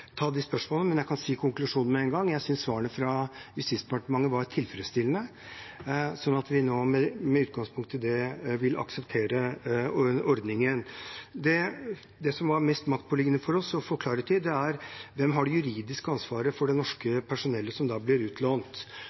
fra Justisdepartementet var tilfredsstillende, slik at vi nå med utgangspunkt i det vil akseptere ordningen. Det som var mest maktpåliggende for oss å få klarhet i, var: Hvem har det juridiske ansvaret for det norske personellet som blir utlånt?